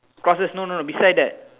crosses no no no beside that